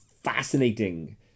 fascinating